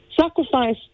Sacrifice